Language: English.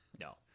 No